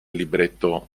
libretto